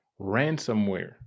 Ransomware